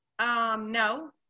No